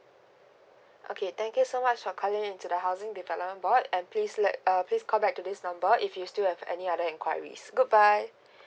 okay thank you so much for calling into the housing development board and please let uh please call back to this number if you still have any other enquiries good bye